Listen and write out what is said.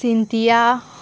Cynthia